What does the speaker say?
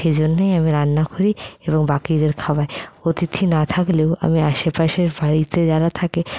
সেজন্যই আমি রান্না করি এবং বাকিদের খাওয়াই অতিথি না থাকলেও আমি আশেপাশের বাড়িতে যারা থাকে